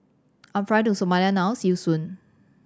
I'm flying to Somalia now see you soon